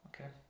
Okay